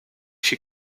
she